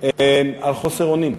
על חוסר אונים,